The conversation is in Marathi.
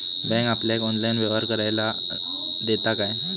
बँक आपल्याला ऑनलाइन व्यवहार करायला देता काय?